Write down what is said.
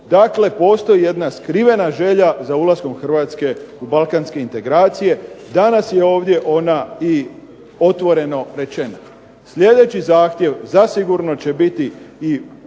Dakle, postoji jedna skrivena želja za ulaskom Hrvatske u balkanske integracije. Danas je ovdje ona i otvoreno rečena. Sljedeći zahtjev zasigurno će biti i zahtjev